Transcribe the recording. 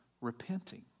repenting